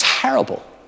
terrible